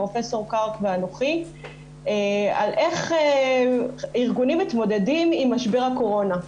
פרופ' קרק ואנוכי על איך ארגונים מתמודדים עם משבר הקורונה.